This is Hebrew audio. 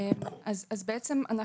עו"ד דיאנה בארון, מנהלת מדיניות ציבורית.